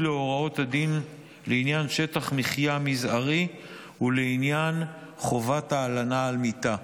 להוראות הדין לעניין שטח מחיה מזערי ולעניין חובת ההלנה על מיטה.